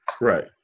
Right